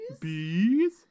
Bees